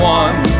one